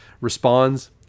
responds